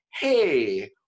hey